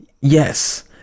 yes